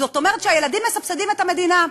זאת אומרת שהילדים מסבסדים את המדינה.